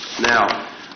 Now